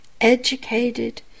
Educated